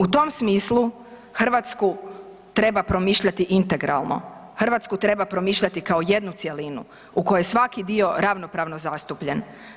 U tom smislu Hrvatsku treba promišljati integralno, Hrvatsku treba promišljati kao jednu cjelinu u kojoj je svaki dio ravnopravno zastupljen.